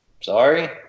sorry